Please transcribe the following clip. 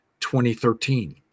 2013